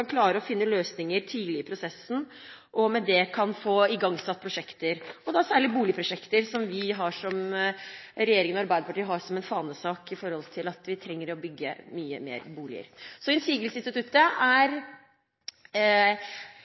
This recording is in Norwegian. klarer å finne løsninger tidlig i prosessen og slik kan få igangsatt prosjekter. Dette gjelder særlig boligprosjekter. For regjeringen og Arbeiderpartiet er det en fanesak å bygge mange flere boliger. Så innsigelsesinstituttet er mest til